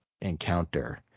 encounter